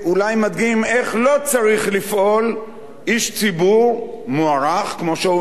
איך לא צריך לפעול איש ציבור מוערך כמו שאול מופז,